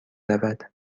رود